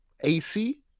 AC